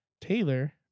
Taylor